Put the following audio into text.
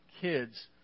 kids